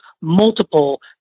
multiple